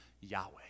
Yahweh